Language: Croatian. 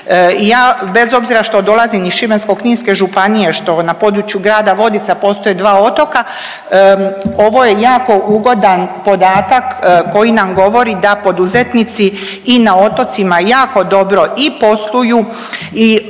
bez obzira što dolazim iz Šibensko-kninske županije, što na području grada Vodica postoje dva otoka, ovo je jako ugodan podatak koji nam govori da poduzetnici i na otocima jako dobro i posluju i opstaju.